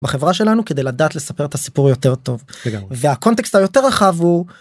בחברה שלנו, כדי לדעת לספר את הסיפור יותר טוב. והקונטקסט היותר רחב הוא...